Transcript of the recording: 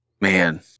man